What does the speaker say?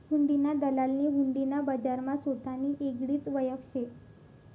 हुंडीना दलालनी हुंडी ना बजारमा सोतानी येगळीच वयख शे